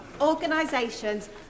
organisations